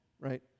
right